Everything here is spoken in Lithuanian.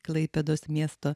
klaipėdos miesto